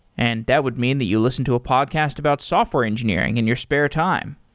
and that would mean that you listen to a podcast about software engineering in your spare time,